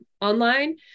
online